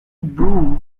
broom